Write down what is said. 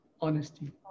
Honesty